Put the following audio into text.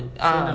uh